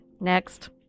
Next